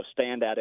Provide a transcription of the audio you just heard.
standout